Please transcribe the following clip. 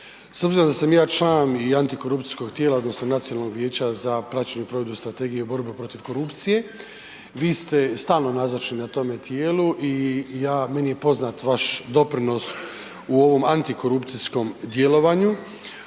S obzirom da sam ja član i Anti korupcijskog tijela odnosno Nacionalnog vijeća za praćenje i provedbu strategije u borbi protiv korupcije, vi ste stalno nazočni na tome tijelu i ja, meni je poznat vaš doprinos u ovom Anti korupcijskom djelovanju,